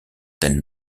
del